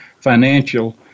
financial